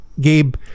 Gabe